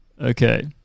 Okay